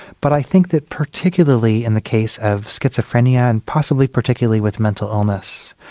but i think that particularly in the case of schizophrenia, and possibly particularly with mental illness,